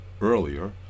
earlier